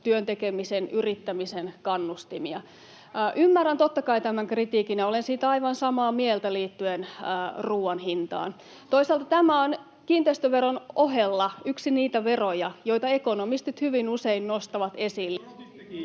työn tekemisen, yrittämisen kannustimia. Ymmärrän totta kai tämän kritiikin, ja olen siitä aivan samaa mieltä liittyen ruoan hintaan. Toisaalta tämä on kiinteistöveron ohella yksi niitä veroja, joita ekonomistit hyvin usein nostavat esille...